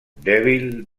devil